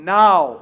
now